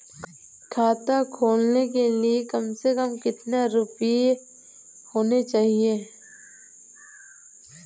खाता खोलने के लिए कम से कम कितना रूपए होने चाहिए?